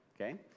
Okay